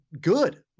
good